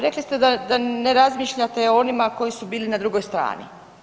Rekli ste da ne razmišljate o onima koji su bili na drugoj strani.